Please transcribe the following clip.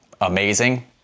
amazing